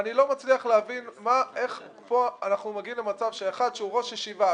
אני לא מצליח להבין איך אנחנו מגיעים כאן למצב שבו אחד שהוא ראש ישיבה,